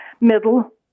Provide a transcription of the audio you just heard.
middle